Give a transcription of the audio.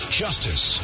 justice